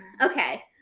Okay